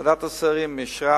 ועדת השרים אישרה.